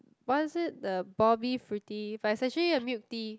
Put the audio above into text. why is the Bobii Frutii but is actually the milk tea